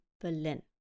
Berlin